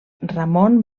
ramon